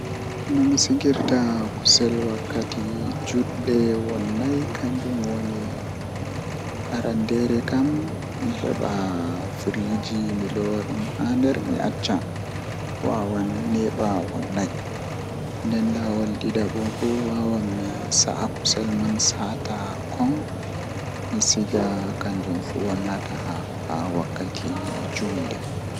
Ndeen, waɗi ko feewi to waɗa mewtii kono timmoore mum. Ko fii hokkude feccere, suusii e lefi, koyɗi daande ɓe njogii. Kadi, ɓe naatnude karnu fow e mawɗi feccere walla ɓe wullude ngal naatude ngal.